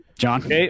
John